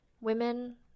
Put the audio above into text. women